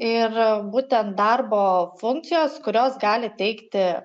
ir būtent darbo funkcijos kurios gali teikti